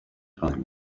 time